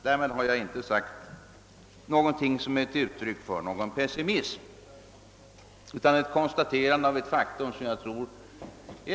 Därmed har jag inte givit uttryck åt någon pessimism, utan endast konstaterat ett uppenbart faktum.